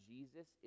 Jesus